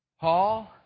Paul